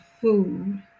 food